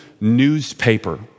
newspaper